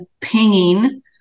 pinging